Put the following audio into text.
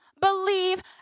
believe